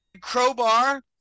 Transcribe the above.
crowbar